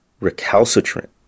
recalcitrant